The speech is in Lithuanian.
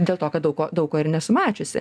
dėl to kad daug ko daug ko ir nesu mačiusi